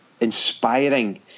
inspiring